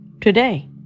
today